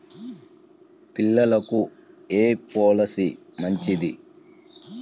పిల్లలకు ఏ పొలసీ మంచిది?